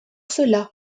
cela